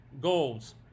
goals